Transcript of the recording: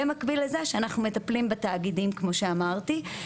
במקביל לזה שאנחנו מטפלים בתאגידים כמו שאמרתי.